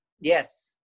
yes